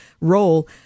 role